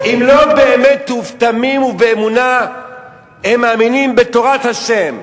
אם לא באמת ובתמים ובאמונה הם מאמינים בתורת השם,